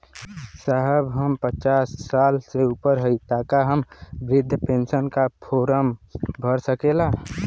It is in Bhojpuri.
साहब हम पचास साल से ऊपर हई ताका हम बृध पेंसन का फोरम भर सकेला?